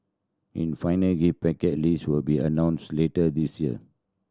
in final gift package list will be announced later this year